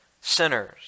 sinners